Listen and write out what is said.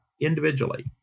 individually